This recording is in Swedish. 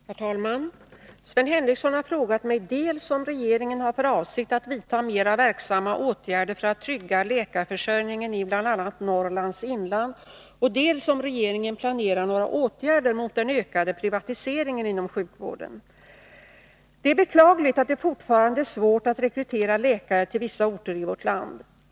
Herr talman! Sven Henricsson har frågat mig dels om regeringen har för avsikt att vidta mera verksamma åtgärder för att trygga läkarförsörjningen i bl.a. Norrlands inland, dels om regeringen planerar några åtgärder mot den ökade privatiseringen inom sjukvården. Det är beklagligt att det fortfarande är svårt att rekrytera läkare till vissa orter i vårt land.